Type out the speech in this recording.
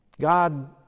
God